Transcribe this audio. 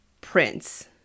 prints